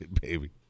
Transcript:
baby